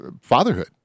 Fatherhood